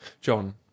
john